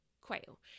quail